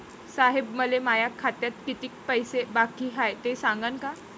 साहेब, मले माया खात्यात कितीक पैसे बाकी हाय, ते सांगान का?